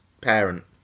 parent